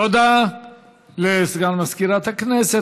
תודה לסגן מזכירת הכנסת.